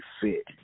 fit